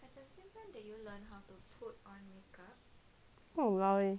!walao! eh I